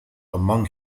among